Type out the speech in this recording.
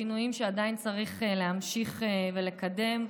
שינויים שעדיין צריך להמשיך ולקדם.